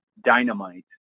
Dynamite